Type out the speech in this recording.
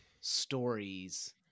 stories